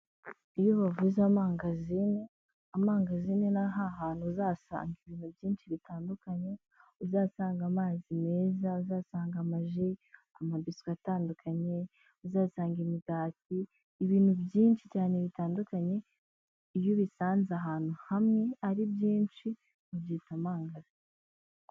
Iyo bavuze amangazine, amangazine ni hantu uzasanga ibintu byinshi bitandukanye, uzasanga amazi meza, uzasanga amaji, amabiswi atandukanye, uzasanga imigati, ibintu byinshi cyane bitandukanye, iyo ubisanze ahantu hamwe ari byinshi ubyita amangazine.